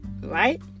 Right